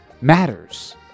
matters